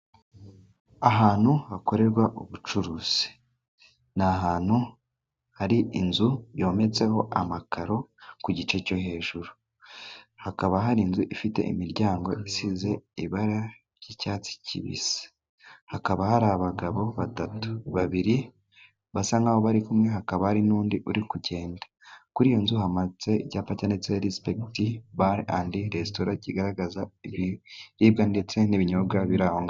Ahantu hakorerwa ubucuruzi ni ahantu hari inzu yometseho amakaro ku gice cyo hejuru, hakaba hari inzu ifite imiryango isize ibara ry'icyatsi kibisi, hakaba hari abagabo batatu, babiri basa nkaho bari kumwe, hakaba hari n'undi uri kugenda. Kuri iyo nzu hamanitse icyapa cyanditseho "Risipegiti Bare endi Resitora" kigaragaza ibiribwa ndetse n'ibinyobwa biri aho.